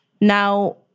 now